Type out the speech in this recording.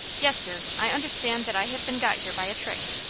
yes, sir i understand that i have been got here by a trick.